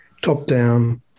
top-down